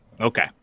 Okay